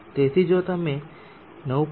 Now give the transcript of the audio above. તેથી જો તમે 9